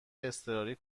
اضطراری